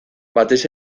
batez